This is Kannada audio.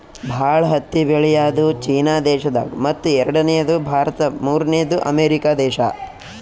ಭಾಳ್ ಹತ್ತಿ ಬೆಳ್ಯಾದು ಚೀನಾ ದೇಶದಾಗ್ ಮತ್ತ್ ಎರಡನೇದು ಭಾರತ್ ಮೂರ್ನೆದು ಅಮೇರಿಕಾ ದೇಶಾ